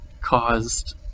caused